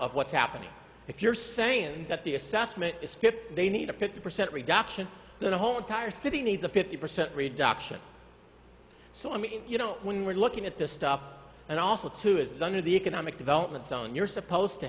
of what's happening if you're saying that the assessment is fifty they need a fifty percent reduction the whole entire city needs a fifty percent reduction so i mean you know when we're looking at this stuff and also two is under the economic development zone you're supposed to